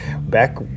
Back